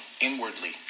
inwardly